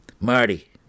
Marty